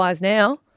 now